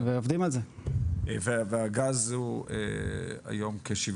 והגז הוא היום כ-